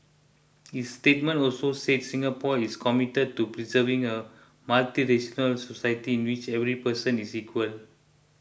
its statement also said Singapore is committed to preserving a multiracial society in which every person is equal